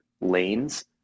lanes